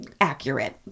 accurate